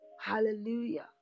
hallelujah